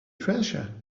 treasure